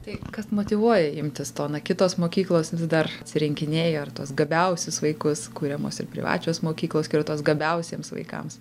tai kas motyvuoja imtis to na kitos mokyklos vis dar atsirinkinėja ar tuos gabiausius vaikus kuriamos ir privačios mokyklos skirtos gabiausiems vaikams